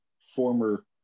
former